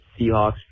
Seahawks